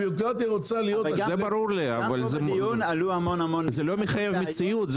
זה לא מחייב מציאות.